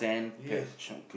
yes